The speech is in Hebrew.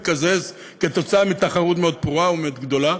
היום הוא מתקזז כתוצאה מתחרות מאוד פרועה וגדולה,